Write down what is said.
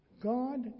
God